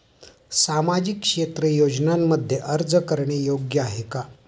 सामाजिक क्षेत्र योजनांमध्ये अर्ज करणे योग्य आहे का?